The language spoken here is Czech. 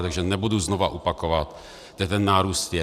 Takže nebudu znovu opakovat, kde ten nárůst je.